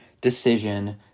decision